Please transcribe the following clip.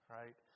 right